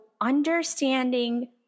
understanding